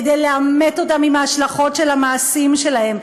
כדי לעמת אותם עם ההשלכות של המעשים שלהם.